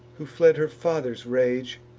who fled her father's rage,